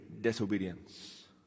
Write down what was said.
disobedience